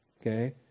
okay